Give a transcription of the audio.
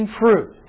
fruit